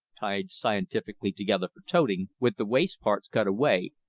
tied scientifically together for toting, with the waste parts cut away,